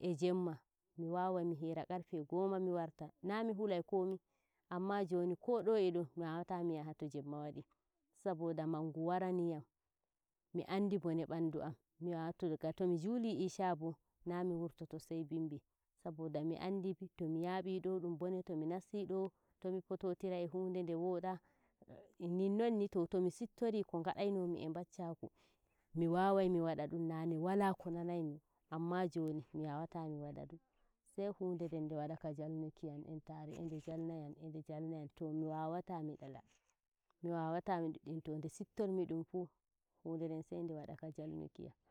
e Jemma mi wawai mi yia qarfe goma mi warta na mi hulai komi;. Amma joni ko do edo m wawata mi yahaya to Jemma wadi saboda mangu wara niyam mi andi bone ɓanɗu am mi to mi juuli ishabo na mi wurtoto sai bimbi saboda mi andi to mi yaabi do dun bone to mi nasti do mi fototiri e hunde nde wooda ninnon ni to mi siptori ko ngadaimi e baccaku mi wawai mi wada dum naane wala ko nanaimi anma jooni wada ka jalnukiyam entare e nda jalniyam endo jalnayam mudanada midala mi wawata mi diddinto noi sittomidon fuu hunde nden sai ndewada ka jalnukiyam.